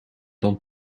dan